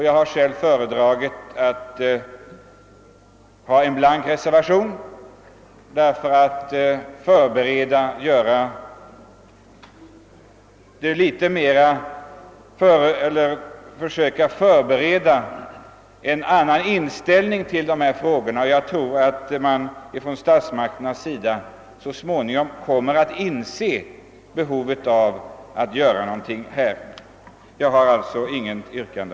Jag har då fogat en blank reservation till dess utlåtande eftersom jag önskar förbereda en an nan inställning till dessa frågor. Jag tror att man från statsmakterna så småningom kommer att inse behovet av att göra något på detta område. Jag har inget yrkande.